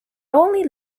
only